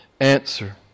answer